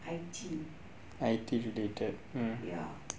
I_T I_T related ya